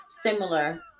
similar